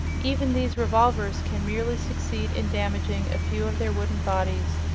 even these revolvers can merely succeed in damaging a few of their wooden bodies,